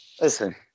Listen